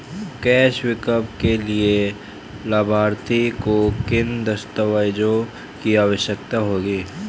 Cash pickup के लिए लाभार्थी को किन दस्तावेजों की आवश्यकता होगी?